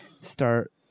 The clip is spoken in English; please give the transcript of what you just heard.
start